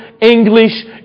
English